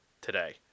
today